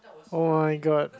oh-my-god